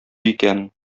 икән